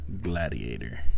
Gladiator